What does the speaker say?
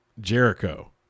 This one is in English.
Jericho